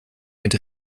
mit